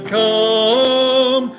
come